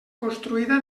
construïda